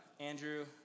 Andrew